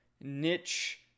niche